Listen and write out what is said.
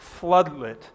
floodlit